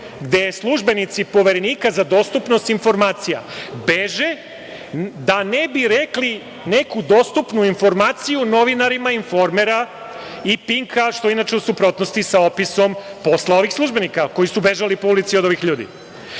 gde službenici Poverenika za dostupnost informacija beže da ne bi rekli neku dostupnu informaciju novinarima „Informera“ i „Pinka“ što je inače u suprotnosti sa opisom posla ovih službenika koji su bežali po ulici od ovih ljudi.